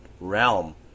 realm